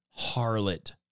harlot